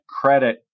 credit